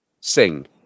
Sing